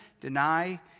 deny